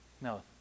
No